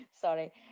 sorry